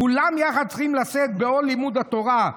כולם יחד צריכים לשאת בעול לימוד תורה".